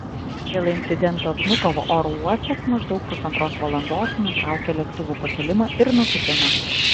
dėl incidento vnukovo oro uostas maždaug pusantros valandos nutraukė lėktuvų pakilimą ir nutūpimą